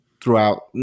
throughout